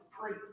preach